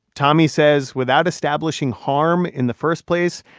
tommy says without establishing harm in the first place,